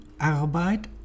arbeit